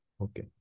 Okay